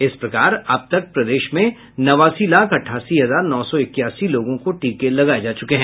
इस प्रकार अब तक प्रदेश में नबासी लाख अठासी हजार नौ सौ इक्यासी लोगों को टीके लगाये जा चुके हैं